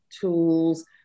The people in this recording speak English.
tools